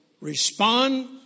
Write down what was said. respond